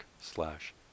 slash